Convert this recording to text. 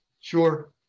Sure